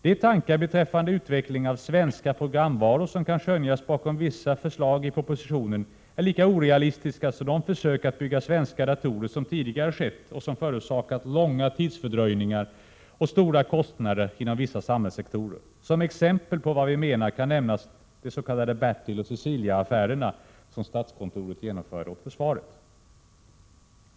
De tankar beträffande utveckling av svenska programvaror som kan skönjas bakom vissa förslag i propositionen är lika orealistiska som de försök att bygga svenska datorer som tidigare ägt rum och som förorsakat långa fördröjningar och stora kostnader inom vissa samhällssektorer. Som exempel på vad vi menar kan nämnas de s.k. Bertiloch Ceciliaaffärerna, som statskontert genomförde åt försvaret.